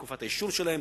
תקופת האישור שלהם